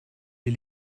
les